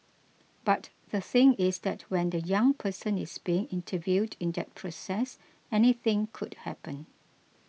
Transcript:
but the thing is that when the young person is being interviewed in that process anything could happen